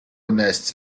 nests